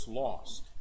lost